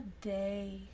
day